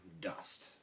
dust